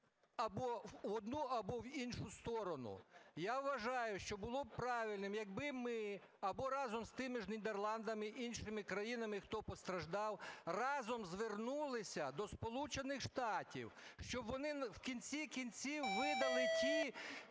або в одну, або в іншу сторону? Я вважаю, що було б правильним, якби ми або разом з тими ж Нідерландами, іншими країнами, хто постраждав, разом звернулися до Сполучених Штатів, щоб вони в кінці кінців видали ті